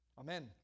Amen